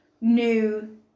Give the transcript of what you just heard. new